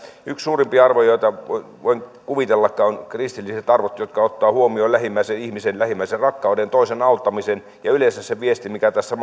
yksi suurimpia arvoja joita voin kuvitellakaan on kristilliset arvot jotka ottavat huomioon lähimmäisen ihmisen lähimmäisenrakkauden ja toisen auttamisen ja yleensä sen viestin mikä tässä